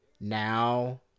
now